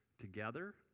together